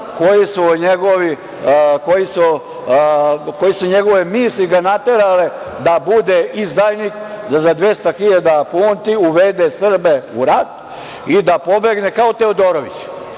koje su ga misli naterale da bude izdajnik, da za 200.000 funti uvede Srbe u rat i da pobegne kao Teodorović,